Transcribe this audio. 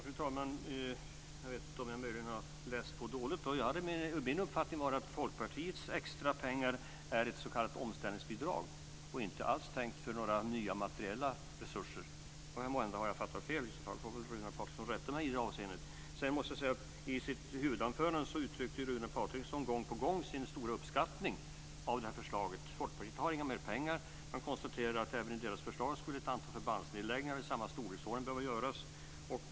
Fru talman! Jag vet inte om jag har läst på dåligt, men min uppfattning var att Folkpartiets extra pengar är ett s.k. omställningsbidrag och inte alls tänkta för nya materiella resurser. Måhända har jag förstått fel, och i så fall får väl Runar Patriksson rätta mig i det avseendet. Runar Patriksson uttryckte i sitt huvudanförande sin stora uppskattning av förslaget. Folkpartiet har inga mer pengar, och man konstaterar att även med Folkpartiets förslag skulle ett antal förbandsnedläggningar i samma storleksordning behöva göras.